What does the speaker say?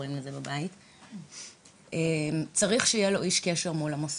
ראוי שיהיה לה איש קשר מול המוסדות.